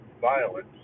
violence